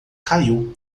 caiu